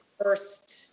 first